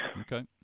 Okay